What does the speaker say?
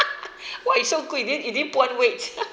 !wah! you so good you didn't you didn't put on weight